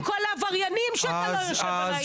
אבל מה עם כל העבריינים שאתה לא יושב על האינטרנט שלהם?